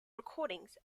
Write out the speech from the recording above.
recordings